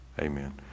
amen